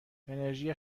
انرژی